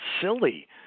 silly